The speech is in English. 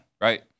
right